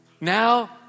Now